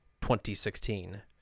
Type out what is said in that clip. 2016